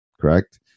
Correct